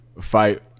fight